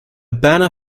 banner